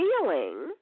feeling